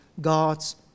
God's